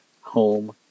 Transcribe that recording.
home